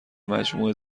مجموع